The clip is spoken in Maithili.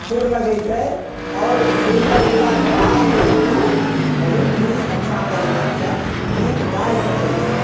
सुर लगेतै आओर सुर लगेलाक बाद ओ बहुत ही अच्छा तरीकासे गीत गा सकै छै